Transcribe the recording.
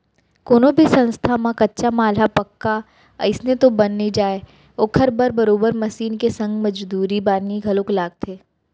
कोनो भी संस्था म कच्चा माल ह पक्का अइसने तो बन नइ जाय ओखर बर बरोबर मसीन के संग मजदूरी पानी घलोक लगथे